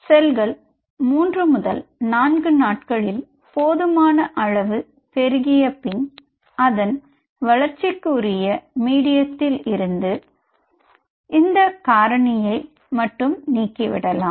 செல்கள் மூன்று முதல் நான்கு நாட்களில் போதுமான அள்வு பெருகியபின் அதன் வளர்ச்சிக்குரிய மீடியத்தில் இருந்து இந்த காரணியை நீக்கி விடலாம்